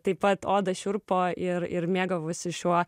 taip pat oda šiurpo ir ir mėgavosi šiuo